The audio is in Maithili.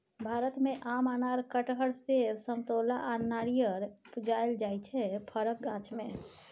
भारत मे आम, अनार, कटहर, सेब, समतोला आ नारियर उपजाएल जाइ छै फरक गाछ मे